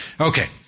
Okay